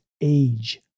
age